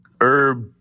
herb